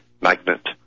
magnet